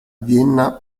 vienna